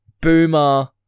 boomer